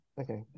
Okay